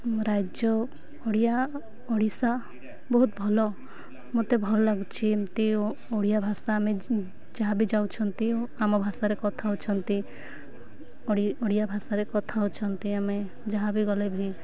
ରାଜ୍ୟ ଓଡ଼ିଆ ଓଡ଼ିଶା ବହୁତ ଭଲ ମୋତେ ଭଲ ଲାଗୁଛି ଏମିତି ଓଡ଼ିଆ ଭାଷା ଆମେ ଯାହା ବି ଯାଉଛନ୍ତି ଆମ ଭାଷାରେ କଥା ହେଉଛନ୍ତି ଓଡ଼ିଆ ଭାଷାରେ କଥା ହେଉଛନ୍ତି ଆମେ ଯାହା ବିି ଗଲେ ବି